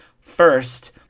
First